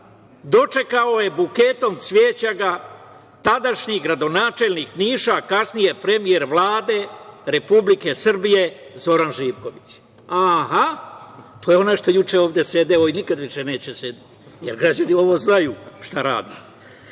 dočekao ga je buketom cveća tadašnji gradonačelnik Niša, a kasnije premijer Vlade Republike Srbije, Zoran Živković. Aha, to je onaj što je juče ovde sedeo i nikada više neće sedeti, jer građani ovu znaju šta rade.